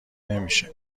نمیشه